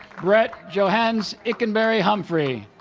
brett johannes ikenberry-humphrey